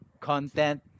content